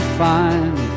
find